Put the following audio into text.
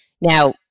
Now